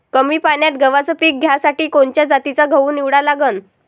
कमी पान्यात गव्हाचं पीक घ्यासाठी कोनच्या जातीचा गहू निवडा लागन?